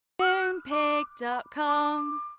Moonpig.com